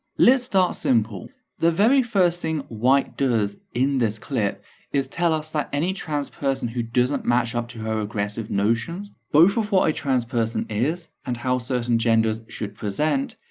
let's start simple the very first thing white does in this clip is tell us that any trans person who doesn't match up to her regressive notions, both of what a trans person is and how certain genders should present,